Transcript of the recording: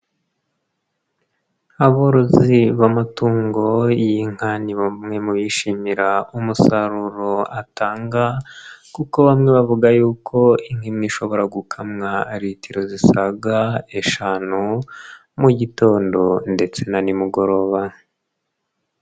Aborozi b'amatungo y'inka ni bamwe mu bishimira umusaruro atanga kuko bamwe bavuga yuko inka imwe ishobora gukamwa litiro zisaga eshanu mu gitondo ndetse na nimugoroba.